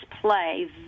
play